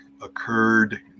occurred